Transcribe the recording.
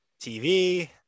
TV